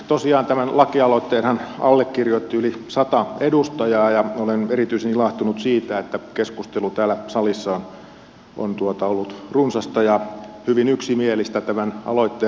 tosiaan tämän lakialoitteenhan allekirjoitti yli sata edustajaa ja olen erityisen ilahtunut siitä että keskustelu täällä salissa on ollut runsasta ja hyvin yksimielistä tämän aloitteen puolesta